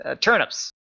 Turnips